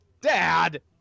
Dad